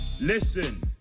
Listen